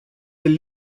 del